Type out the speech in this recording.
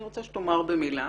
אני רוצה שתאמר במילה.